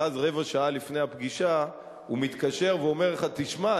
ואז רבע שעה לפני הפגישה הוא מתקשר ואומר לך: תשמע,